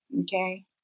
Okay